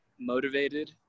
Motivated